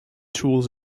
tools